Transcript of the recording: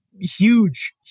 huge